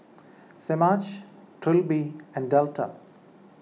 Semaj Trilby and Delta